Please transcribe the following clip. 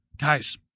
guys